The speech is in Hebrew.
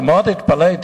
כי מאוד התפלאתי,